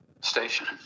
station